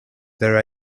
their